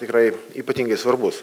tikrai ypatingai svarbus